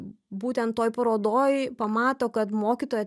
būtent toj parodoj pamato kad mokytoja